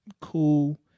cool